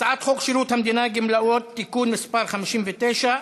הצעת חוק שירות המדינה (גמלאות) (תיקון מס' 59)